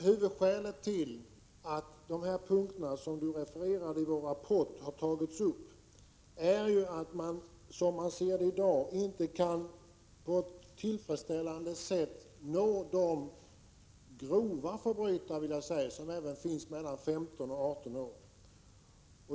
Huvudskälet till att de punkter som Hans Göran Franck refererade har tagits upp i folkpartiets rapport är att de grova förbrytarna mellan 15 och 18 år i dag inte kan nås på ett tillfredsställande sätt.